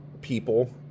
people